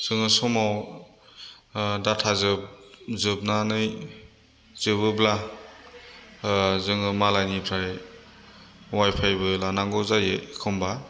जोङो समाव डाटा जोबनानै जोबोब्ला जोङो मालायनिफ्राय वायफायबो लानांगौ जायो एखनबा